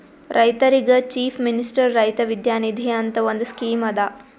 ರೈತರಿಗ್ chief minister Raita Vidya Nidhi ಅಂತ್ ಒಂದ್ ಸ್ಕೀಮ್ ಅದಾ